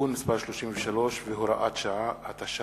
מה שנקרא אצלנו "הוועדה המשותפת".